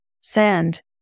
sand